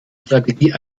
strategie